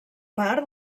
part